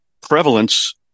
prevalence